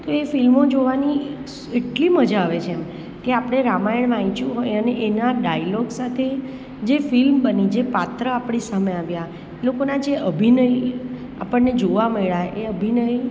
તો એ ફિલ્મો જોવાની સ એટલી મજા આવે છે કે આપણે રામાયણ વાંચ્યું હોય અને એના ડાયલોગ સાથે જે ફિલ્મ બની જે પાત્ર આપણી સામે આવ્યા એ લોકોના જે અભિનય આપણને જોવા મળ્યા એ અભિનય